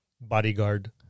Bodyguard